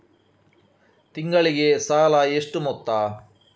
ತಿಂಗಳಿಗೆ ಸಾಲ ಎಷ್ಟು ಮೊತ್ತ?